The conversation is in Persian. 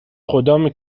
خدامه